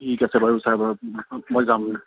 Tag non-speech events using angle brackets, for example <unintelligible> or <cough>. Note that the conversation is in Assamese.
ঠিক আছে বাৰু ছাৰ <unintelligible> মই যাম